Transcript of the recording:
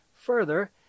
Further